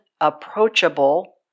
approachable